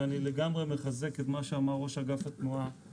ואני לגמרי מחזק את מה שאמר ראש אגף התנועה,